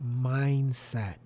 Mindset